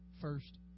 first